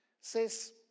says